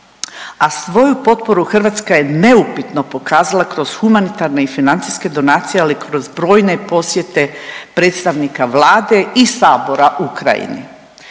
A svoju potporu Hrvatska je neupitno pokazala kroz humanitarne i financijske donacije, ali kroz brojne posjete predstavnika Vlade i Sabora Ukrajini.